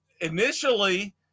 initially